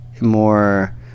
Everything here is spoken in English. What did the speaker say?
more